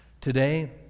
Today